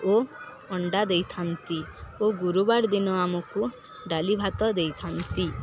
ଓ ଅଣ୍ଡା ଦେଇଥାନ୍ତି ଓ ଗୁରୁବାର ଦିନ ଆମକୁ ଡାଲି ଭାତ ଦେଇଥାନ୍ତି